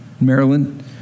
Maryland